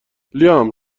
لیام